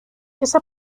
esa